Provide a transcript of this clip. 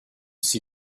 see